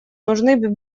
нужны